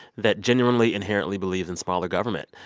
that genuinely, inherently, believes in smaller government.